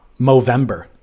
Movember